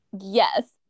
Yes